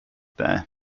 there